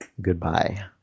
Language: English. Goodbye